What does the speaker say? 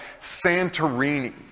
Santorini